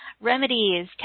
remedies